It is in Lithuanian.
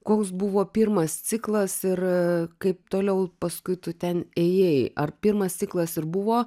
koks buvo pirmas ciklas ir kaip toliau paskui tu ten ėjai ar pirmas ciklas ir buvo